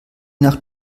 nach